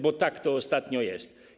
Bo tak to ostatnio jest.